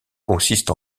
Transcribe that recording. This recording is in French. consiste